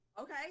Okay